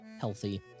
healthy